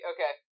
Okay